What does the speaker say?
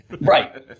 right